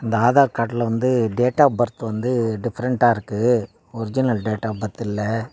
அந்த ஆதார் கார்டில் வந்து டேட் ஆப் பர்த் வந்து டிஃப்ரெண்ட்டாக இருக்கு ஒரிஜினல் டேட் ஆப் பர்த் இல்லை